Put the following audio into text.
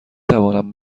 توانم